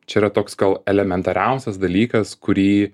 čia yra toks gal elementariausias dalykas kurį